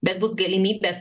bet bus galimybė